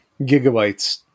gigabytes